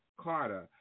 Carter